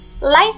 life